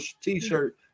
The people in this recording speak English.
t-shirt